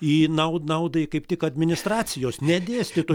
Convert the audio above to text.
į naud naudai kaip tik administracijos ne dėstytojų